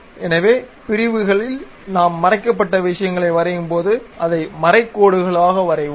எனவே பிரிவுகளில் நாம் மறைக்கப்பட்ட விஷயங்களை வரையும்போது அதை மறைக்கோடுகளாக வரைவோம்